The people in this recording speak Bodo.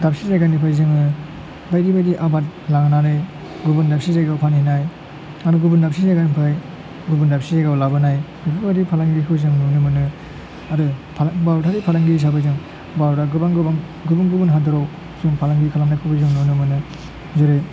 दाबसे जायगानिफ्राय जोङो बायदि बायदि आबाद लानानै गुबुन दाबसे जायगायाव फानहैनाय आरो गुबुन दाबसे जायगानिफ्राय गुबुन दाबसे जायगायाव लाबोनाय बेफोरबादि फालांगिखौ जों नुनो मोनो आरो फालां भारतारि फालांगिरि हिसाबै जों भारतआ गोबां गोबां गुबुन गुबुन हादराव जों फालांगि खालामनायखौबो जों नुनो मोनो जेरै